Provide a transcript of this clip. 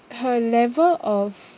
her level of